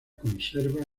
conserva